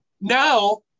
now